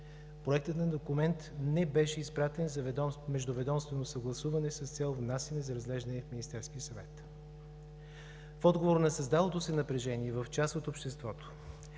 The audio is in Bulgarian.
Проектът на документа не беше изпратен за междуведомствено съгласуване с цел внасянето му за разглеждане в Министерския съвет. В отговор на създалото се напрежение в част от обществото